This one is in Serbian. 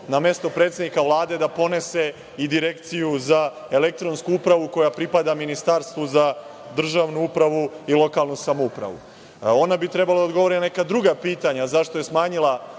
na mesto predsednika Vlade, da ponese i Direkciju za elektronsku upravu, koja pripada Ministarstvu za državnu upravu i lokalnu samoupravu. Ona bi trebalo da odgovori na neka druga pitanja: zašto je smanjila